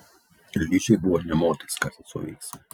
ližei buvo nė motais ką sesuo veiks